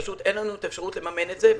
פשוט אין לנו אפשרות לממן את זה.